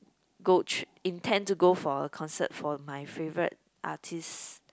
go~ intend to go for a concert for my favorite artist